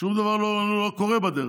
שום דבר לא קורה בדרך.